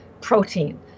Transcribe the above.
protein